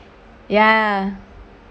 ya